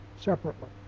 separately